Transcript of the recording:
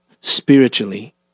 spiritually